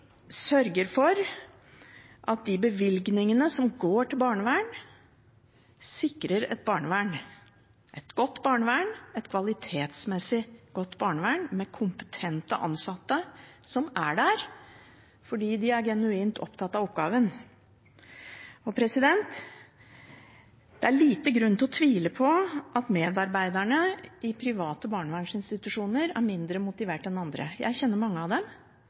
sørger for at de bevilgningene som går til barnevern, sikrer et barnevern – et godt barnevern, et kvalitetsmessig godt barnevern med kompetente ansatte som er der fordi de er genuint opptatt av oppgaven. Det er liten grunn til å tvile på at medarbeiderne i private barnevernsinstitusjoner er mindre motivert enn andre. Jeg kjenner mange av dem,